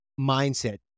mindset